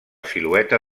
silueta